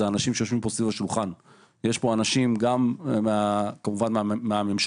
היא האנשים שיושבים פה סביב השולחן וכמובן מהממשלה,